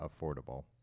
affordable